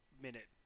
minute